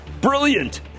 Brilliant